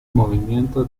movimiento